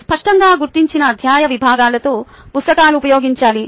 స్పష్టంగా గుర్తించిన అధ్యాయ విభాగాలతో పుస్తకాలు ఉపయోగించాలి